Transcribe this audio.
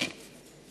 אדוני